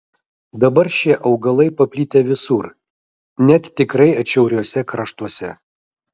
dabar šie augalai paplitę visur net tikrai atšiauriuose kraštuose